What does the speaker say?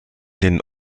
den